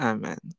Amen